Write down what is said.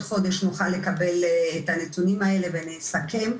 חודש נוכל לקבל את הנתונים האלה ונסכם.